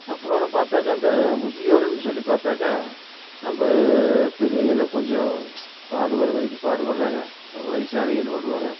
அப்பறம் நம்ம பார்த்தாக்க அந்த முதியோர்ன்னு சொல்லி பார்த்தாக்கா நம்ம பெரியவகளா கொஞ்சம் பாடுபடுற வரைக்கும் பாடுபடுறாங்க வயசானவங்க என்ன பண்ணுவாங்க